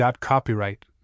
Copyright